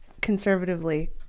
conservatively